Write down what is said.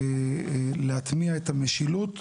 להטמיע את המשילות.